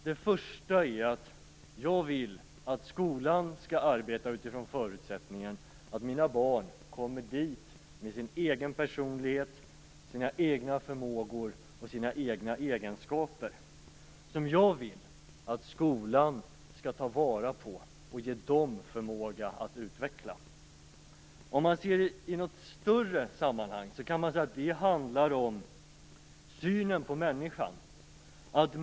Det första är att jag vill att skolan skall arbeta utifrån förutsättningen att mina barn kommer dit med sin egen personlighet, sina egna förmågor och sina egna egenskaper som jag vill att skolan skall ta vara på och ge barnen förmåga att utveckla. Om man ser det i ett större sammanhang kan man säga att det handlar om synen på människan.